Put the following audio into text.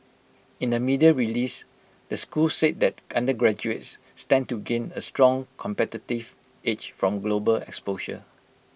in A media release the school said that the undergraduates stand to gain A strong competitive edge from global exposure